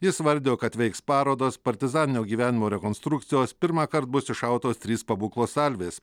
jis vardijo kad veiks parodos partizaninio gyvenimo rekonstrukcijos pirmąkart bus iššautos trys pabūklo salvės